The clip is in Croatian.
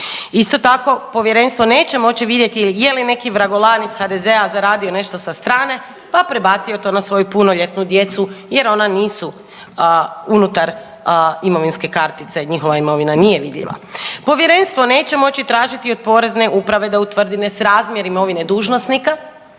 Isto tako, povjerenstvo neće moći vidjeti je li neki vragolan iz HDZ-a zaradio nešto sa strane, pa prebacio to na svoju punoljetnu djecu jer ona nisu unutar imovinske kartice, njihova imovina nije vidljiva. Povjerenstvo neće moći tražiti od Porezne uprave da utvrdi nesrazmjer imovine dužnosnika